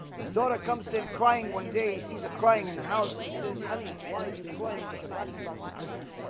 his daughter comes tim crying one day sees a crying in the house, and he says, honey why are you crying shabbat about to communion?